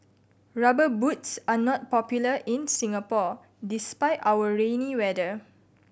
Rubber Boots are not popular in Singapore despite our rainy weather